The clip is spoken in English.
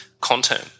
content